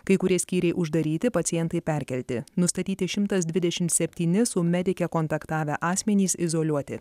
kai kurie skyriai uždaryti pacientai perkelti nustatyti šimtas dvidešimt septyni su medike kontaktavę asmenys izoliuoti